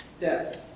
Death